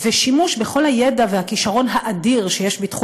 ושימוש בכל הידע והכישרון האדיר שיש בתחום